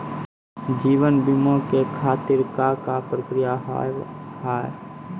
जीवन बीमा के खातिर का का प्रक्रिया हाव हाय?